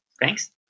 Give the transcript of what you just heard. thanks